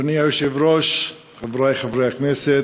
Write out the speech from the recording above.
אדוני היושב-ראש, חברי חברי הכנסת,